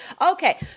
Okay